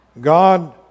God